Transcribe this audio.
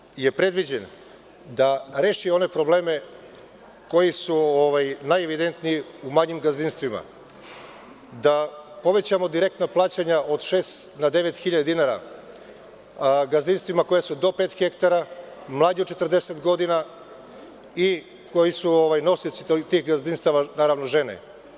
Ovaj amandman je predviđen da reši one probleme koji su najevidentniji u manjim gazdinstvima, da povećamo direktna plaćanja od šest na devet hiljada dinara gazdinstvima koja su do pet hektara, mlađi od 40 godina i koji su nosioci tih gazdinstava, naravno, žene.